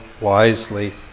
wisely